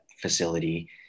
facility